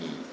mmhmm